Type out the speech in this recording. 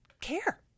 care